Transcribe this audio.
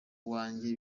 uwanjye